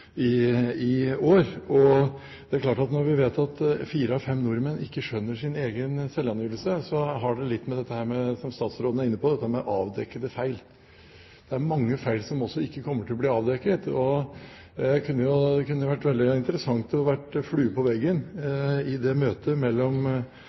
i Skatteetaten i år. Det er klart at når vi vet at fire av fem nordmenn ikke skjønner sin egen selvangivelse, har det litt å gjøre med dette som statsråden var inne på, nemlig avdekkede feil. Det er også mange feil som ikke kommer til å bli avdekket. Det kunne vært veldig interessant å være flue på veggen